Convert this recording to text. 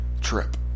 trip